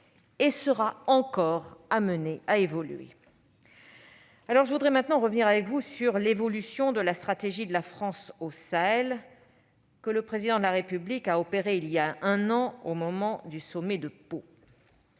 et sera encore amenée à évoluer. Je voudrais maintenant revenir avec vous sur l'évolution de la stratégie de la France au Sahel que le Président de la République a opérée il y a un an au moment du sommet de Pau.